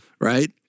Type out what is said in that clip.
right